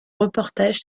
reportage